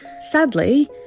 Sadly